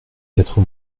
quatre